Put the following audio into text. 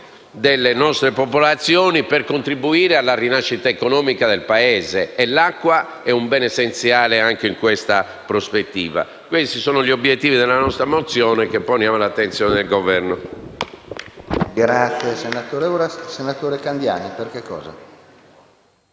delle nostre popolazioni e per contribuire alla rinascita economica del Paese. L’acqua è un bene essenziale anche in questa prospettiva. Questi sono gli obiettivi della nostra mozione, che poniamo all’attenzione del Governo.